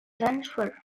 transfer